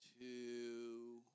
two